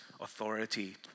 authority